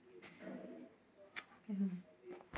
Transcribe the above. mmhmm